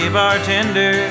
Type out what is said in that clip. bartender